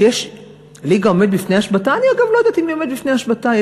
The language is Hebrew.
שיש ליגה שעומדת בפני השבתה.